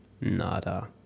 Nada